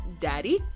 daddy